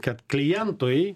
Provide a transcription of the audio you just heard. kad klientui